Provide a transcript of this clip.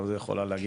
זה נושא אחר,